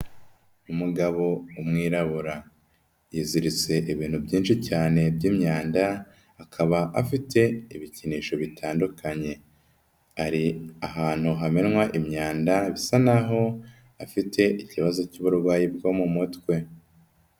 Umugabo w'umwirabura yiziritse ibintu byinshi cyane by'imyanda, akaba afite ibikinisho bitandukanye, ari ahantu hamenwa imyanda bisa naho afite ikibazo cy'uburwayi bwo mu mutwe.